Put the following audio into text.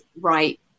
right